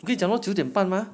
跟你讲过九点半吗